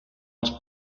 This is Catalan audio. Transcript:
els